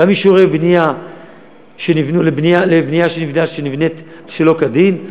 גם באישורי בנייה לבנייה שלא כדין,